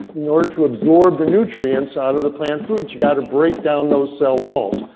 in order to absorb the nutrients out of the plant foods, you gotta break down those cell walls.